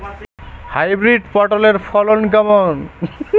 Hybrid পটলের ফলন কেমন?